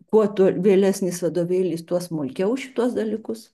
kuo vėlesnis vadovėlis tuo smulkiau šituos dalykus